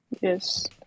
Yes